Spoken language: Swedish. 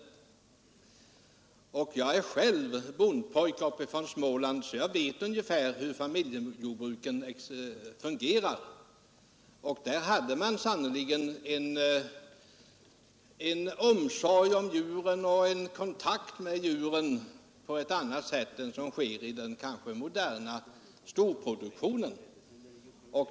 Jag är själv bondpojke från Småland, och jag vet ungefär hur familjejordbruken fungerar. Där hade man sannerligen en annan omsorg om djuren och en annan kontakt med djuren än i den moderna storproduktionen.